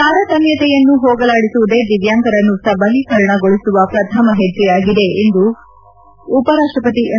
ತಾರತಮ್ನತೆಯನ್ನು ಹೋಗಲಾಡಿಸುವುದೇ ದಿವ್ಯಾಂಗರನ್ನು ಸಬಲಕರಣಗೊಳಿಸುವ ಪ್ರಥಮ ಹೆಜ್ಜೆಯಾಗಿದೆ ಎಂದು ಉಪರಾಷ್ಟಪತಿ ಎಂ